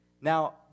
Now